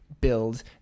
build